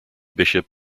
bishop